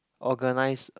organize